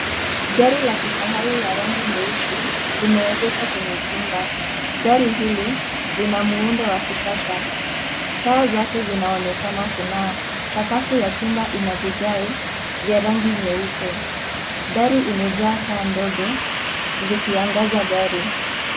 Gari la kifahari ya rangi nyeusi limeegeshwa kwenye chumba, gari hili lina muundo la kisasa, taa zake zinaonekana kungaa, sakafuu ya chumba ina vigae vya rangi nyeupe, gari imejaa taa ndogo zikiangaza gari.